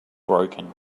broken